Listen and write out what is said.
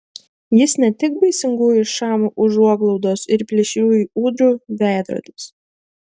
jis ne tik baisingųjų šamų užuoglaudos ir plėšriųjų ūdrų veidrodis